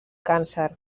càncer